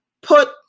put